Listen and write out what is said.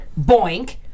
boink